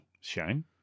Shame